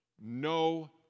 no